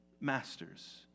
masters